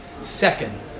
second